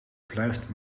blijft